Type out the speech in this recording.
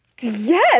yes